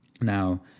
Now